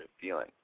feeling